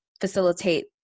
facilitate